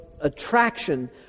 attraction